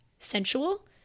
sensual